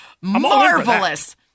marvelous